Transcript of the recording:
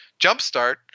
jumpstart